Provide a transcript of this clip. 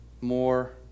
More